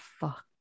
fuck